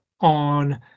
on